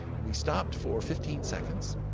we stopped for fifteen seconds,